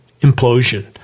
implosion